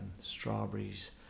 strawberries